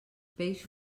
peix